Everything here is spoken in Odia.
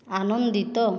ଆନନ୍ଦିତ